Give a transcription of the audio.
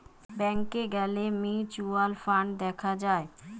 ব্যাংকে গ্যালে mutual fund দেখা যায়